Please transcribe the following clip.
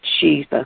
Jesus